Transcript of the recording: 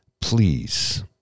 Please